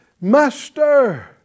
Master